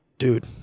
dude